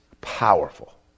powerful